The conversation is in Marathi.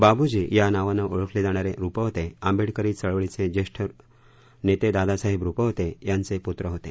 बाब्जी या नावानं ओळखले जाणारे रुपवते आंबेडकरी चळवळीचे ज्येष्ठ नेते दादासाहेब रुपवते यांचे पृत्र होते